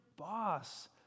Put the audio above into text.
Boss